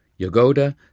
Yogoda